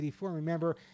Remember